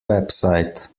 website